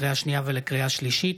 לקריאה שנייה ולקריאה שלישית,